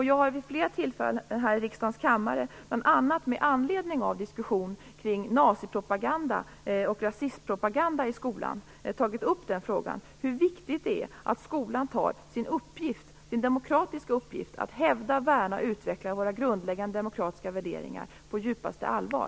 Jag har vid flera tillfällen här i riksdagens kammare, bl.a. med anledning av diskussioner kring nazipropaganda och rasismpropaganda i skolan, tagit upp frågan om hur viktigt det är att skolan tar sin demokratiska uppgift att hävda, värna och utveckla våra grundläggande demokratiska värderingar på djupaste allvar.